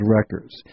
Records